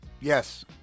Yes